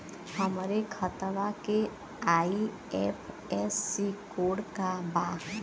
हमरे खतवा के आई.एफ.एस.सी कोड का बा?